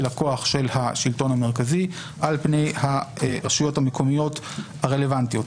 הכוח של השלטון המרכזי על פני הרשויות המקומיות הרלוונטיות.